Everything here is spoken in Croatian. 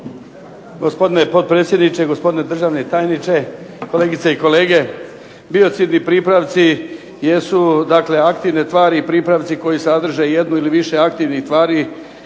Gospodine potpredsjedniče, gospodine državni tajniče, kolegice i kolege. Biocidni pripravci jesu dakle aktivne tvari i pripravci koji sadrže jednu ili više aktivnih tvari